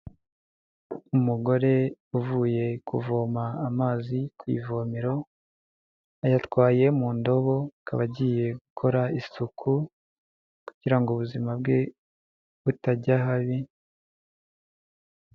Umugore uvuye kuvoma amazi ku ivomero, ayatwaye mu ndobo akaba agiye gukora isuku, kugira ngo ubuzima bwe butajya habi.